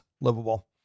livable